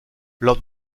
lors